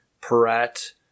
Perret